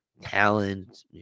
talent